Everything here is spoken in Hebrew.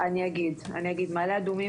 אני אגיד: מעלה אדומים,